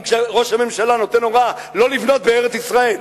ראש הממשלה נותן הוראה לא לבנות בארץ-ישראל?